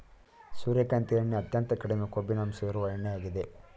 ಸೂರ್ಯಕಾಂತಿ ಎಣ್ಣೆ ಅತ್ಯಂತ ಕಡಿಮೆ ಕೊಬ್ಬಿನಂಶ ಇರುವ ಎಣ್ಣೆಯಾಗಿದೆ